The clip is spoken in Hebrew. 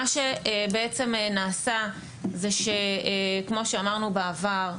מה שבעצם נעשה זה שכמו שאמרנו בעבר,